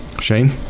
Shane